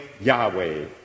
Yahweh